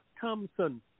Thompson